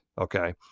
okay